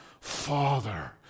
Father